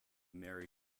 mary